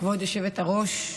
כבוד היושבת-ראש,